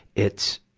it's,